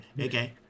okay